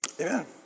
Amen